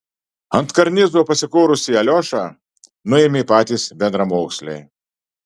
ant karnizo pasikorusį aliošą nuėmė patys bendramoksliai